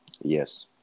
Yes